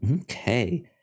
Okay